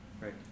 right